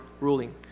ruling